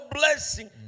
blessing